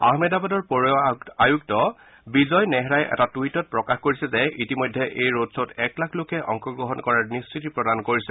আহমেদাবাদৰ পৌৰ আয়ুক্ত বিজয় নেহৰাই এটা টুইটত প্ৰকাশ কৰিছে যে ইতিমধ্যে এই ৰোডয়ত এক লাখ লোকে অংশগ্ৰহণ কৰাৰ নিশ্চিতি প্ৰদান কৰিছে